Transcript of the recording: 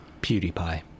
PewDiePie